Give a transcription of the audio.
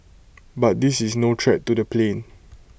but this is no threat to the plane